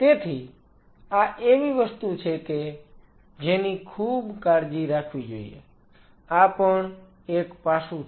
તેથી આ એવી વસ્તુ છે કે જેની ખૂબ કાળજી રાખવી જોઈએ આ પણ એક પાસું છે